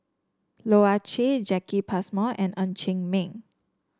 Loh Ah Chee Jacki Passmore and Ng Chee Meng